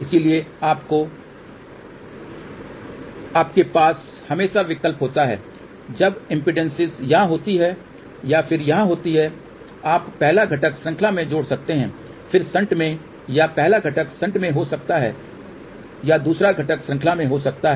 इसलिए आपके पास हमेशा विकल्प होता है जब इम्पीडेन्ससिस यहां होती हैं या फिर यहां होती हैं आप पहला घटक श्रृंखला में जोड़ सकते हैं फिर शंट में या पहला घटक शंट में हो सकता है या दूसरा घटक श्रृंखला में हो सकता है